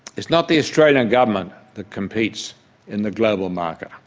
it's not the australian government that competes in the global market,